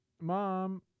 Mom